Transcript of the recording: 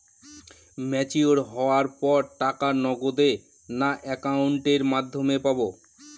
Mature হওয়ার পর টাকা নগদে না অ্যাকাউন্টের মাধ্যমে পাবো?